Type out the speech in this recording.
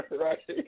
Right